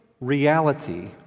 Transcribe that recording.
reality